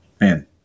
man